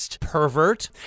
pervert